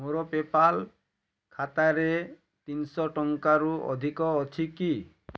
ମୋର ପେପାଲ୍ ଖାତାରେ ତିନିଶହ ଟଙ୍କାରୁ ଅଧିକ ଅଛି କି